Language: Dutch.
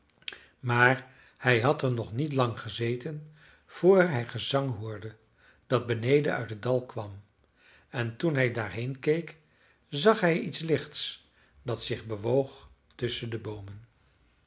maar hij had er nog niet lang gezeten voor hij gezang hoorde dat beneden uit het dal kwam en toen hij daarheen keek zag hij iets lichts dat zich bewoog tusschen de boomen